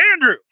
Andrew